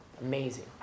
Amazing